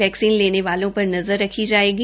vaccine नलेने वालों पर नजर रखी जायेगी